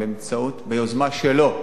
ביוזמה שלו.